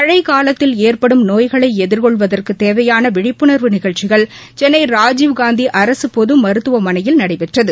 மழைக் காலத்தில் ஏற்படும் நோய்களை எதிர்கொள்வதற்கு தேவையான விழிப்புணர்வு நிகழ்ச்சிகள் சென்னை ராஜீவ் காந்தி அரசு பொது மருத்துவமனையில் நடைபெற்றது